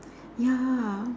ya